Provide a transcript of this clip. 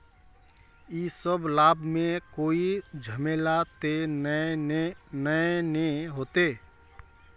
इ सब लाभ में कोई झमेला ते नय ने होते?